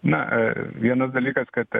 na vienas dalykas kad